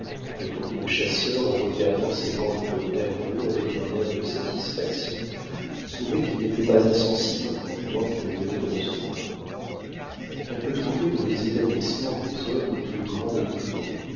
répondit le chasseur en regardant ses membres nerveux avec un air de satisfaction qui prouvait qu'il n'était pas insensible au compliment qu'il venait de recevoir on peut trouver dans les établissements des hommes plus grands et plus gros